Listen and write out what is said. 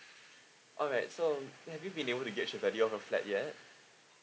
alright so have you been able to gauge the value of your flat yet